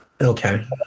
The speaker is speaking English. Okay